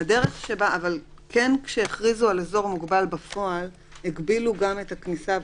אבל כשהכריזו על אזור מוגבל בפועל כן הגבילו גם את הכניסה,